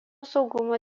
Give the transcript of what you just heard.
saugumo